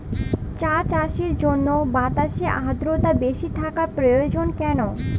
চা চাষের জন্য বাতাসে আর্দ্রতা বেশি থাকা প্রয়োজন কেন?